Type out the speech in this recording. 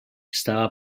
estava